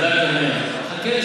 חכה.